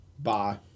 Bye